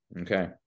okay